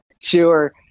Sure